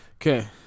Okay